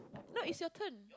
no it's your turn